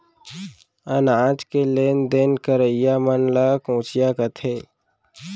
अनाज के लेन देन करइया मन ल कोंचिया कथें